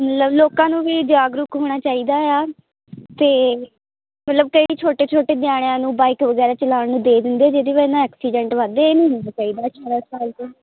ਲੋਕਾਂ ਨੂੰ ਵੀ ਜਾਗਰੂਕ ਹੋਣਾ ਚਾਹੀਦਾ ਆ ਤੇ ਮਤਲਬ ਕਈ ਛੋਟੇ ਛੋਟੇ ਨਿਆਣਿਆਂ ਨੂੰ ਬਾਈਕ ਵਗੈਰਾ ਚਲਾਉਣ ਨੂੰ ਦੇ ਦਿੰਦੇ ਜਿਹਦੇ ਨਾਲ ਐਕਸੀਡੈਂਟ ਵੱਧਦੇ ਇਹ ਨਹੀਂ ਹੋਣਾ ਚਾਹੀਦਾ ਅਠਾਰਾਂ ਸਾਲ ਦੇ